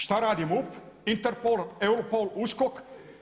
Šta radi MUP, Interpol, Eupol, USKOK?